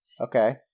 Okay